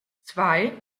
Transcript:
zwei